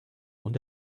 und